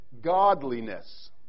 godliness